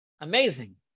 amazing